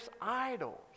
idols